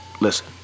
Listen